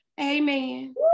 amen